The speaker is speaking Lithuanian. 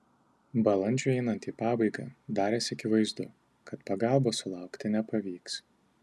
balandžiui einant į pabaigą darėsi akivaizdu kad pagalbos sulaukti nepavyks